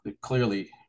clearly